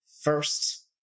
first